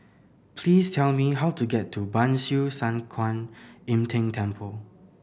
please tell me how to get to Ban Siew San Kuan Im Tng Temple